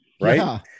Right